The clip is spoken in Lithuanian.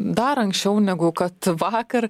dar anksčiau negu kad vakar